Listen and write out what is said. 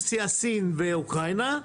סין ואוקראינה.